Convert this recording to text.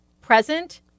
present